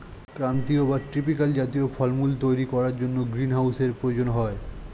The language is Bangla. ক্রান্তীয় বা ট্রপিক্যাল জাতীয় ফলমূল তৈরি করার জন্য গ্রীনহাউসের প্রয়োজন হয়